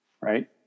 right